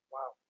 Wow